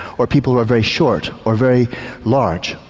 or people are very short, or very large,